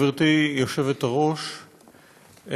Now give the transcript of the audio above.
גברתי היושבת-ראש,